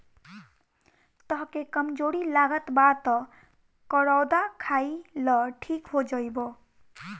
तहके कमज़ोरी लागत बा तअ करौदा खाइ लअ ठीक हो जइब